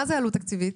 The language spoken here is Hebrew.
מה זה עלות תקציבית?